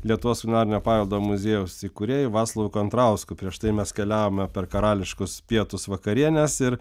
lietuvos kulinarinio paveldo muziejaus įkūrėju vaclovu kontrausku prieš tai mes keliavome per karališkus pietus vakarienes ir